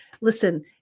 listen